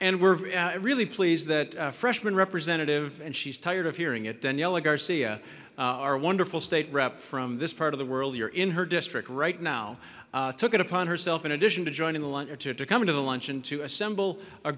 and we're really pleased that freshman representative and she's tired of hearing it daniela garcia our wonderful state rep from this part of the world you're in her district right now took it upon herself in addition to joining the letter to come to the luncheon to assemble a